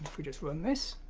we just run this